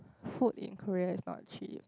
food in Korea is not cheap